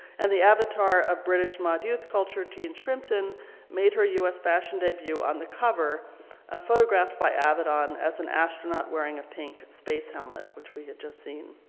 and the avatar of british mod youth culture jean shrimpton made her u s. fashion debut on the cover photographed by avedon as an astronaut wearing a pink space helmet which we had just seen.